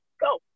go